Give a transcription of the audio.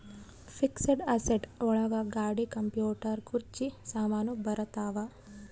fixed asset ಒಳಗ ಗಾಡಿ computer ಕುರ್ಚಿ ಸಾಮಾನು ಬರತಾವ